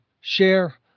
Share